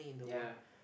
ya